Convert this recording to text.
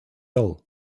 all